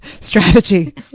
strategy